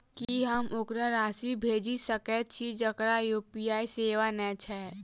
की हम ओकरा राशि भेजि सकै छी जकरा यु.पी.आई सेवा नै छै?